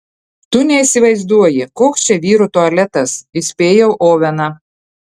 tu neįsivaizduoji koks čia vyrų tualetas įspėjau oveną